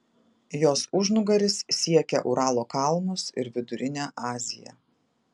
jos užnugaris siekia uralo kalnus ir vidurinę aziją